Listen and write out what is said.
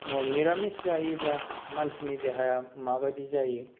निरामिस जायोब्ला मानसिनि देहाया माबायदि जायो